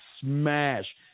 smash